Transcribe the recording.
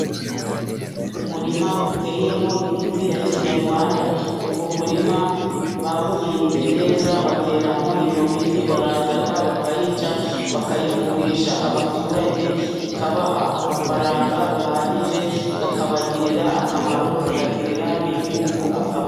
Umurima uteyemo imiti ya kinyarwanda. Uwo murima bawuhinze neza, bateramo iyo miti. Baraza bakayica, bakayivurisha abaturage, ikabaha amafaranga ahagije, akabagirira akamaro, akagirira n'igihugu akamaro.